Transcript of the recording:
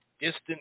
distant